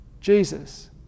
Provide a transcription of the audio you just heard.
Jesus